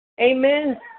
Amen